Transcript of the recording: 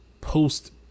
post